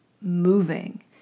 moving